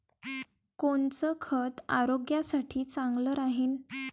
कोनचं खत आरोग्यासाठी चांगलं राहीन?